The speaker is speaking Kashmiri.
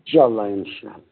اِنشااللہ اِنشااللہ